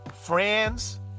Friends